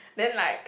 then like